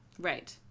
Right